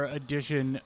edition